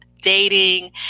dating